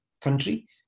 country